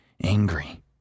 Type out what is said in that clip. angry